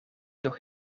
nog